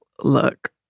look